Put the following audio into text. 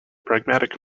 pragmatic